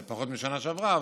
זה פחות מבשנה שעברה,